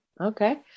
Okay